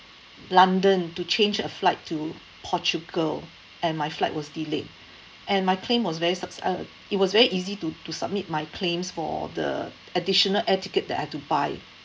london to change a flight to portugal and my flight was delayed and my claim was very suc~ uh it was very easy to to submit my claims for the additional air ticket that I had to buy